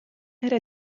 era